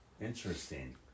Interesting